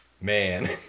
Man